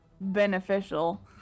beneficial